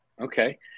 Okay